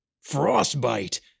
Frostbite